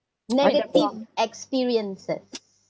negative experiences